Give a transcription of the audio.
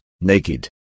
naked